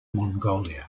mongolia